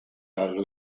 allo